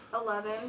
Eleven